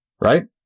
right